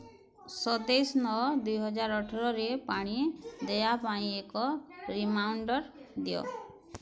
ସତେଇଶି ନଅ ଦୁଇ ହଜାର ଅଠରରେ ପାଣି ଦେୟା ପାଇଁ ଏକ ରିମାଇଣ୍ଡର୍ ଦିଅ